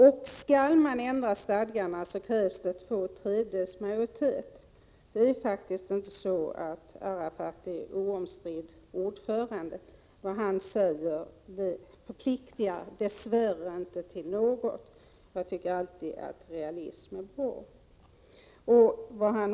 Om man skall ändra stadgarna krävs två tredjedels majoritet. Arafat är inte oomstridd ordförande. Vad han säger förpliktigar dess värre inte till något. Jag tycker alltid att det är bra med realism.